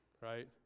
right